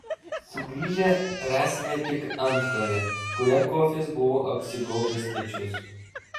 sugrįžę rasime tik antklodę kuria kofis buvo apsigaubęs pečius